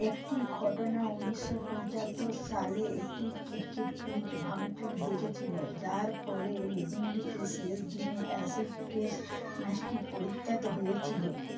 একটি ঘটনা ঊনিশশো পঁচাত্তর সালে একটি ক্রিকেট পিচ ভাঙচুর দেখেছিল যার ফলে হেডিংলিতে শেষ দিনে অ্যাশেজ টেস্ট ম্যাচটি পরিত্যক্ত হয়েছিল